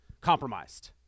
compromised